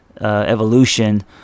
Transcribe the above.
evolution